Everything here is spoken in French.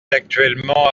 actuellement